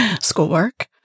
Schoolwork